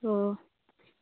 അപ്പോൾ